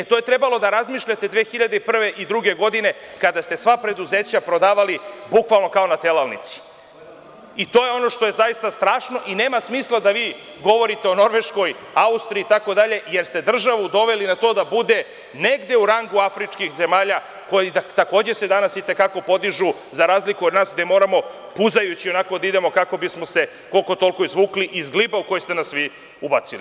O tome je trebalo da razmišljate 2001. i 2002. godine kada ste sva preduzeća prodavali bukvalno kao na telalnici, i to je ono što je zaista strašno i nema smisla da vi govorite o Norveškoj, Austriji, itd, jer ste državu doveli na to da bude negde u rangu afričkih zemalja, koje se danas takođe i te kako podižu za razliku od nas koji moramo puzajući da idemo kako bi smo se koliko toliko izvukli iz gliba u koji ste nas vi ubacili.